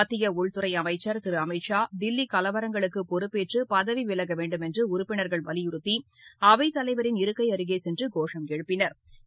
மத்திய உள்துறை அமைச்சா் திரு அமித்ஷா தில்லி கலவரங்களுக்கு பொறுப்பேற்று பதவி விலக வேண்டுமென்று உறுப்பினா்கள் வலியுறுத்தி அவைத்தலைவரின் இருக்கை அருகே சென்று கோஷம் எழுப்பினா்